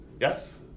Yes